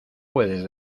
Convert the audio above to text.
puedes